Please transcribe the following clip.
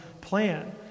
plan